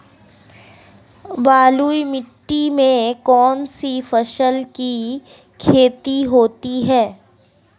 बलुई मिट्टी में कौनसी फसल की खेती होती है?